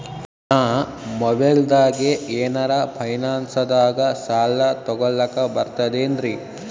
ನಾ ಮೊಬೈಲ್ದಾಗೆ ಏನರ ಫೈನಾನ್ಸದಾಗ ಸಾಲ ತೊಗೊಲಕ ಬರ್ತದೇನ್ರಿ?